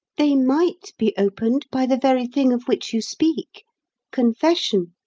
they might be opened by the very thing of which you speak confession.